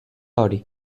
hori